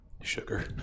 Sugar